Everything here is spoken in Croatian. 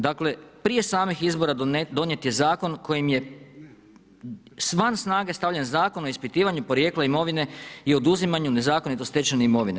Dakle, prije samih izbora donijet je zakon kojim je van snage stavljen Zakon o ispitivanju porijekla imovine i oduzimanju nezakonito stečene imovine.